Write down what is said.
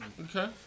Okay